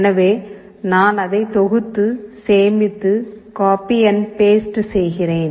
எனவே நான் அதை தொகுத்து சேமித்து கோப்பி அண்ட் பேஸ்ட் செய்கிறேன்